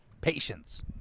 Patience